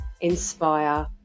inspire